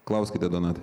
klauskite donatai